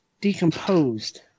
decomposed